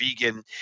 vegan